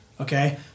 Okay